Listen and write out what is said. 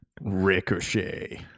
Ricochet